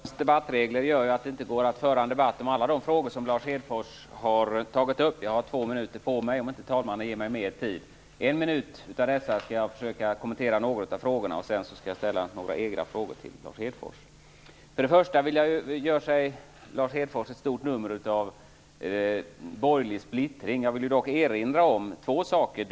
Herr talman! Dagens debattregler gör ju att det inte går att föra en debatt om alla de frågor som Lars Hedfors har tagit upp. Jag har två minuter på mig om inte talmannen ger mig mer tid. En minut av denna tid skall jag använda till att försöka kommentera några av frågorna, och sedan skall jag ställa några egna frågor till Lars Hedfors. Lars Hedfors gör ett stort nummer av borgerlig splittring. Jag vill dock erinra om två saker.